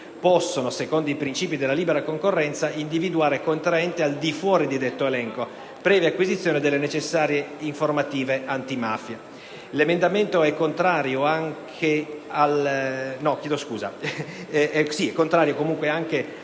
possono, secondo i principi della libera concorrenza, individuare contraenti al di fuori di detto elenco, previa acquisizione delle necessarie informative antimafia. Il parere è contrario anche sul